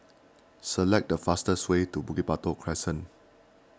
select the fastest way to Bukit Batok Crescent